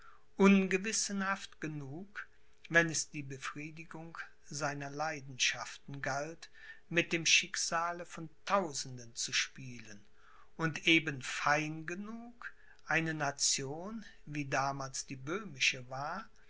ungewissenhaft genug wenn es die befriedigung seiner leidenschaften galt mit dem schicksale von tausenden zu spielen und eben fein genug eine nation wie damals die böhmische war